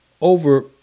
over